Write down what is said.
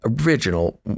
original